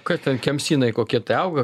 ka ten kemsynai kokie tai auga